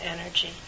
energy